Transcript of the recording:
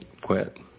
quit